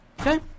Okay